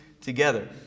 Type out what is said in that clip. together